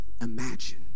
imagine